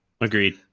Agreed